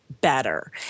better